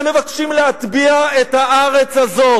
הם מבקשים להטביע את הארץ הזאת.